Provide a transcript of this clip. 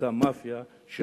אותה מאפיה מהזווית הזאת,